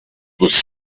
was